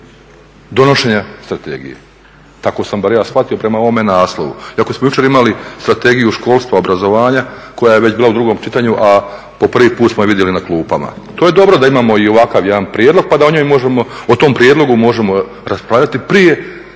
donošenja strategije. Tako sam ja bar shvatio prema ovome naslovu. I ako smo jučer imali Strategiju školstva, obrazovanja, koja je već bila u drugom čitanju, a po prvi put smo je vidjeli na klupama. To je dobro da imamo i ovakav jedan prijedlog pa da o tom prijedlogu možemo raspravljati prije